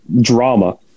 drama